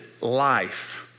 life